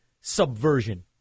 subversion